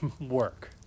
work